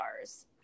Cars